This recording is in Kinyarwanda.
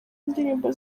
ndirimbo